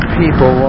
people